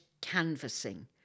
canvassing